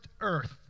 earth